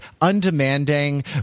undemanding